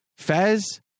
Fez